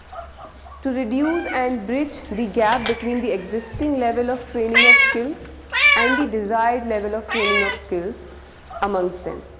to reduce and bridge the gap between the existing level of training of skills and the desired level of training of skills amongst them.